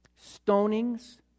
stonings